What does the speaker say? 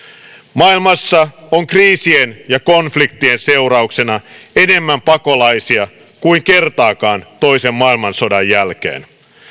maailmassa on kriisien ja konfliktien seurauksena enemmän pakolaisia kuin kertaakaan toisen maailmansodan jälkeen